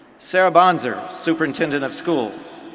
sara bonser, superintendent of schools.